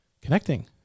connecting